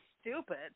stupid